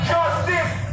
Justice